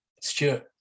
Stuart